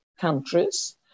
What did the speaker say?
countries